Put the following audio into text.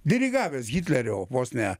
dirigavęs hitlerio vos ne